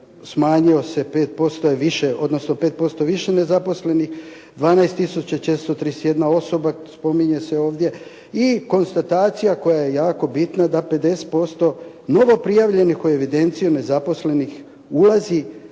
odnosno 5% više nezaposlenih, 12 431 osoba spominje se ovdje i konstatacija koja je jako bitna da 50% novoprijavljenih u evidenciju nezaposlenih ulazi